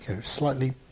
slightly